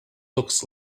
looks